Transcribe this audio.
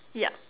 yup